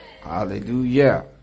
Hallelujah